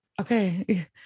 okay